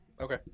Okay